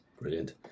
brilliant